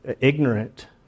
ignorant